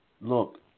Look